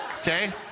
okay